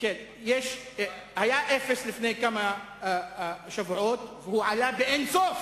היה אפס לפני כמה שבועות, והוא עלה באין-סוף